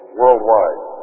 worldwide